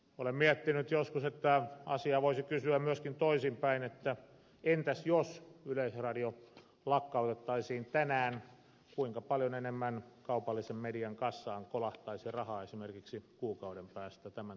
olen miettinyt joskus että asiaa voisi kysyä myöskin toisinpäin että entäs jos yleisradio lakkautettaisiin tänään kuinka paljon enemmän kaupallisen median kassaan kolahtaisi rahaa esimerkiksi kuukauden päästä tämän toimenpiteen johdosta